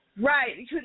Right